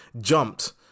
jumped